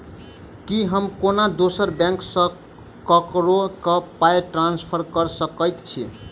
की हम कोनो दोसर बैंक सँ ककरो केँ पाई ट्रांसफर कर सकइत छि?